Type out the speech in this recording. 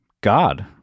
God